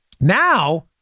Now